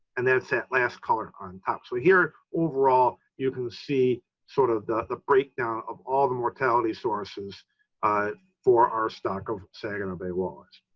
and that's that last color on top. so here overall, you can see sort of the the breakdown of all the mortality sources for our stock of saginaw bay walleyes.